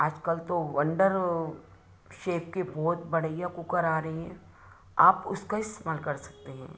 आजकल तो Wonderchef के बहुत बढ़िया कुकर आ रहे हैं आप उसका इस्तेमाल कर सकते हैं